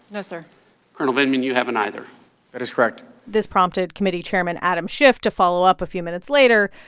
no, sir col. vindman, you haven't either that is correct this prompted committee chairman adam schiff to follow up a few minutes later,